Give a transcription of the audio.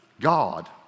God